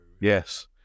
Yes